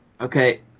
Okay